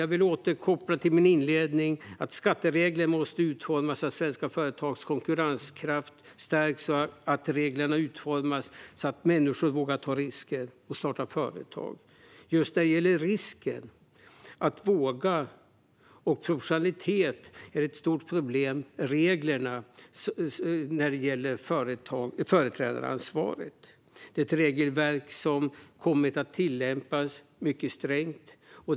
Jag vill återkoppla till min inledning om att skatteregler måste utformas så att svenska företags konkurrenskraft stärks och att reglerna utformas så att människor vågar ta risker och starta företag. Just när det gäller risken, att våga, och proportionalitet är reglerna om företrädaransvaret ett stort problem. Det är ett regelverk som kommit att tillämpas mycket strängt.